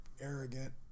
arrogant